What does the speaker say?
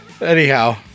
Anyhow